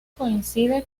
coincide